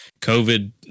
COVID